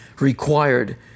required